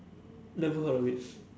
never heard of it